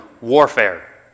warfare